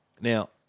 Now